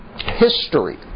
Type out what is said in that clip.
history